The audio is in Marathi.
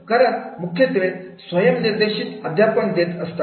कारण मुखे स्वयं निर्देशित अध्यापन देत असतात